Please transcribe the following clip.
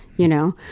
you know.